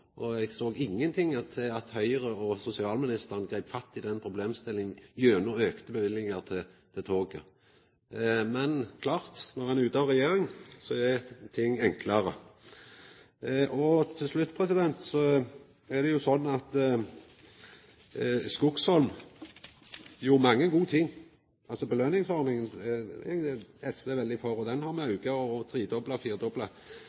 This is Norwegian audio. og eg såg ingen ting til at Høgre og sosialministeren greip fatt i den problemstillinga gjennom auka løyvingar til toget. Men det er klart at når ein er ute av regjering, er ting enklare. Til slutt: Det er jo sånn at Skogsholm gjorde mange gode ting. Belønningsordninga er SV veldig for, og den har me